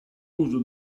uso